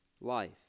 life